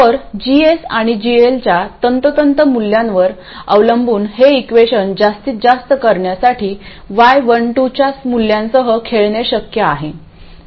तर GS आणि GL च्या तंतोतंत मूल्यांवर अवलंबून हे इक्वेशन जास्तीत जास्त करण्यासाठी y12 च्या मूल्यांसह खेळणे शक्य आहे